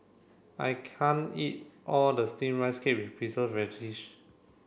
I can't eat all of Steamed Rice Cake with Preserved Radish